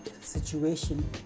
situation